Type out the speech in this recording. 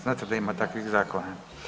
Znate da ima takvih zakona.